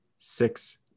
Six